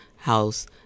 House